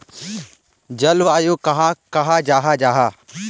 जलवायु कहाक कहाँ जाहा जाहा?